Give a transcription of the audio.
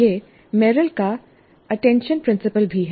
यह मेरिल का attention principle भी है